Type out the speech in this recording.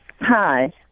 Hi